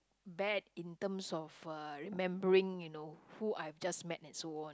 bad in terms of uh remembering you know who I just met and so on